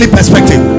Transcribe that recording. perspective